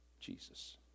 Jesus